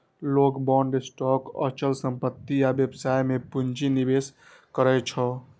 लोग bond, stock, अचल संपत्ति आ व्यवसाय मे पूंजी निवेश करै छै